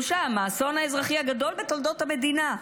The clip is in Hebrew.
גם שם, האסון האזרחי הגדול בתולדות המדינה,